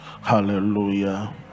Hallelujah